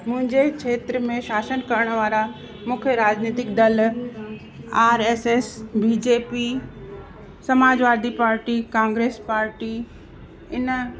मुंहिंजे क्षेत्र में शासन करण वारा मुख्य राजनैतिक दल R S S B J P Samajwadi party Congress party इन